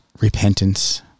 repentance